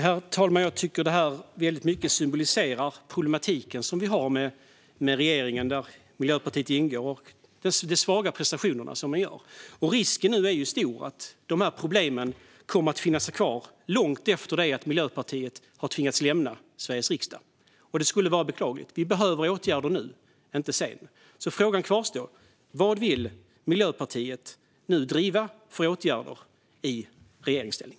Herr talman! Jag tycker att detta i mycket symboliserar problematiken som finns med regeringen, där Miljöpartiet ingår. Prestationerna man gör är svaga. Risken är nu stor att problemen kommer att finnas kvar långt efter att Miljöpartiet har tvingats lämna Sveriges riksdag. Det skulle vara beklagligt. Vi behöver åtgärder nu, inte sedan. Frågan kvarstår: Vilka åtgärder vill Miljöpartiet nu driva i regeringsställning?